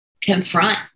confront